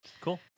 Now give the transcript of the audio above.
cool